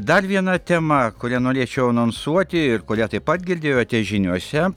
dar viena tema kurią norėčiau anonsuoti ir kurią taip pat girdėjote žiniose